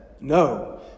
No